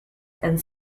and